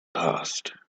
passed